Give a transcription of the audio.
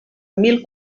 mil